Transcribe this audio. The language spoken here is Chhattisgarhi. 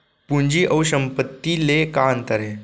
पूंजी अऊ संपत्ति ले का अंतर हे?